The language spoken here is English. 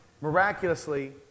miraculously